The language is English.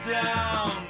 down